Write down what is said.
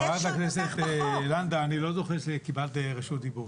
חברת הכנסת לנדה, אני לא זוכר שקיבלת רשות דיבור.